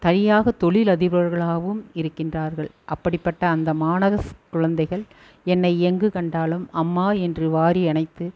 தனியாக தொழில் அதிபர்களாகவும் இருக்கின்றார்கள் அப்படிப்பட்ட அந்த மாணக ஸ் குழந்தைகள் என்னை எங்கு கண்டாலும் அம்மா என்று வாரி அனைத்து